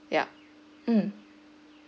ya mm